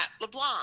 LeBlanc